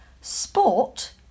sport